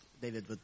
David